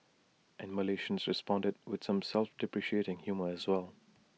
and Malaysians responded with some self deprecating humour as well